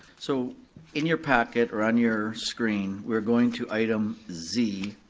so in your packet, or on your screen, we're going to item z,